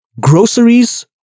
groceries